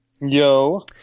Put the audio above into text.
Yo